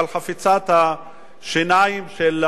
על משחת השיניים עם פלואוריד,